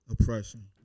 oppression